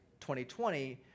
2020